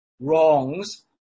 wrongs